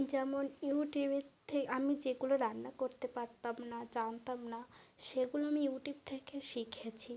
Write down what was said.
যেমন ইউটিউবের থেকে আমি যেগুলো রান্না করতে পারতাম না জানতাম না সেগুলো আমি ইউটিউব থেকে শিখেছি